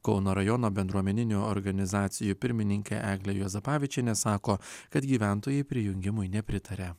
kauno rajono bendruomeninių organizacijų pirmininkė eglė juozapavičienė sako kad gyventojai prijungimui nepritaria